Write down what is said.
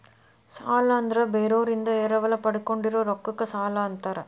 ಸಾಲ ಅಂದ್ರ ಬೇರೋರಿಂದ ಎರವಲ ಪಡ್ಕೊಂಡಿರೋ ರೊಕ್ಕಕ್ಕ ಸಾಲಾ ಅಂತಾರ